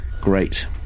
Great